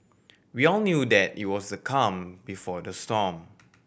we all knew that it was the calm before the storm